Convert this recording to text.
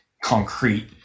concrete